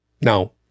no